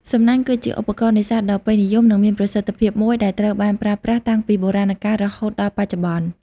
សំណាញ់ គឺជាឧបករណ៍នេសាទដ៏ពេញនិយម និងមានប្រសិទ្ធភាពមួយ ដែលត្រូវបានប្រើប្រាស់តាំងពីបុរាណកាលរហូតដល់បច្ចុប្បន្ន។